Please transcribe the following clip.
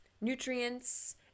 nutrients